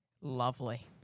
Lovely